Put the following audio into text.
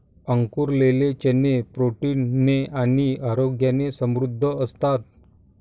अंकुरलेले चणे प्रोटीन ने आणि आरोग्याने समृद्ध असतात